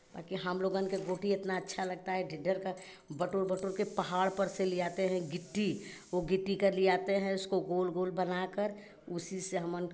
बाकी हम लोगन के गोटी इतना अच्छा लगता है ढेर ढेर का बटोर बटोर कर पहाड़ पर से लाते हैं गिट्टी वे गिट्टी का लाते हैं उसको गोल गोल बनाकर उसी से हमन